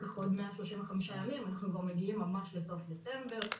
כך עוד 135 ימים אנחנו מגיעים לסוף דצמבר.